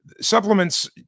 Supplements